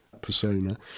persona